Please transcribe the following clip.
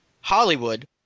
Hollywood